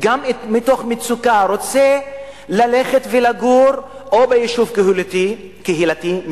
מתוך מצוקה רוצה ללכת לגור ביישוב קהילתי,